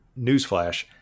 newsflash